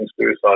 suicide